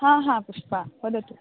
हा हा पुष्पा वदतु